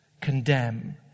condemn